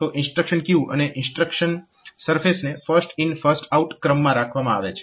તો instruction queue અને instruction સરફેસને ફર્સ્ટ ઇન ફર્સ્ટ આઉટ ક્રમમાં રાખવામાં આવે છે